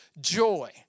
joy